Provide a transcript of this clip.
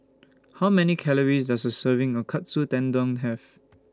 How Many Calories Does A Serving of Katsu Tendon Have